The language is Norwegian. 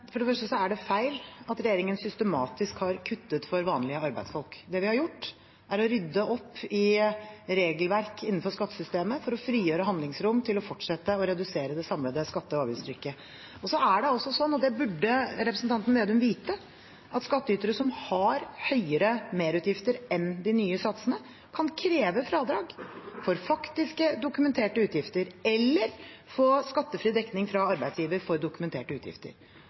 For det første er det feil at regjeringen systematisk har kuttet for vanlige arbeidsfolk. Det vi har gjort, er å rydde opp i regelverk innenfor skattesystemet for å frigjøre handlingsrom til å fortsette å redusere det samlede skatte- og avgiftstrykket. Så er det også sånn – og det burde representanten Slagsvold Vedum vite – at skattytere som har høyere merutgifter enn de nye satsene, kan kreve fradrag for faktiske, dokumenterte utgifter eller få skattefri dekning fra arbeidsgiver for dokumenterte utgifter.